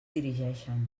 dirigeixen